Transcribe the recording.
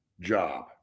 job